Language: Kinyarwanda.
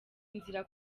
inzira